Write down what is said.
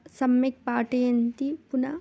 सम्यक् पाठयन्ति पुनः